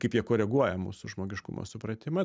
kaip jie koreguoja mūsų žmogiškumo supratimą